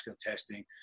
testing